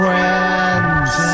Friends